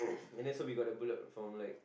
and then so we got the build up from like